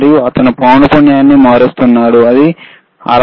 మరియు అతను పౌనపున్యం ని మారుస్తున్నాడు ఇది 66